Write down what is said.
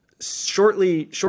shortly